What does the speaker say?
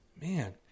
Man